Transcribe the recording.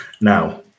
Now